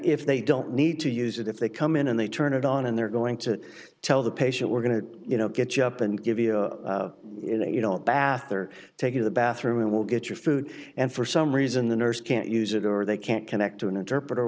if they don't need to use it if they come in and they turn it on and they're going to tell the patient we're going to you know get up and give you a you know you don't bath or take in the bathroom and will get your food and for some reason the nurse can't use it or they can't connect to an interpreter